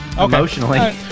Emotionally